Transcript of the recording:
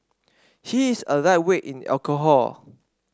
he is a lightweight in alcohol